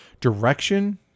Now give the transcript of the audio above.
direction